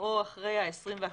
או אחרי ה-21 ימים.